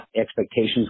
expectations